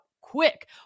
quick